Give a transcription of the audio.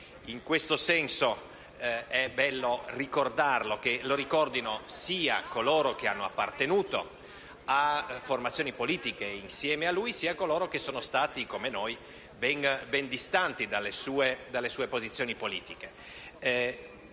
In questo senso è bello che lo ricordino sia coloro che hanno appartenuto a formazioni politiche insieme a lui, sia coloro che sono stati, come noi, ben distanti dalle sue posizioni politiche.